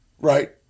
right